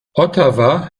ottawa